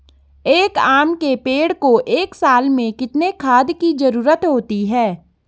एक आम के पेड़ को एक साल में कितने खाद की जरूरत होती है?